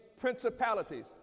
principalities